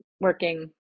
working